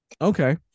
okay